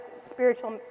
spiritual